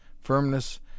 firmness